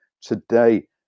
today